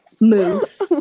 Moose